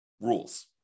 rules